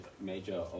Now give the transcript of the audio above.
major